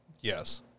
Yes